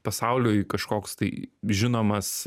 pasauliui kažkoks tai žinomas